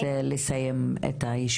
כמו שאמרו לפניי,